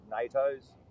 NATO's